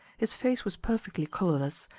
his face was perfectly colorless,